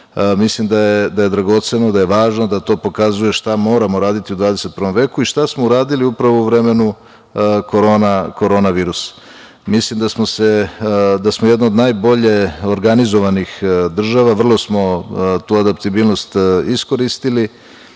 mislim da je dragoceno, da je važno, da to pokazuje šta moramo raditi u 21. veku i šta smo uradili upravo u vremenu korona virusa. Mislim da smo jedna od najbolje organizovanih država. Vrlo smo tu adaptibilnost iskoristili